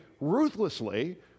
ruthlessly